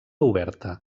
oberta